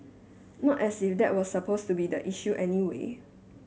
not as if that was supposed to be the issue anyway